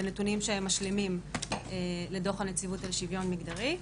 בנתונים שהם משלימים לדוח הנציבות על שוויון מגדרי.